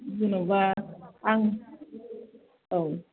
जेन'बा आं औ